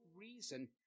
reason